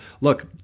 look